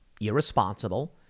irresponsible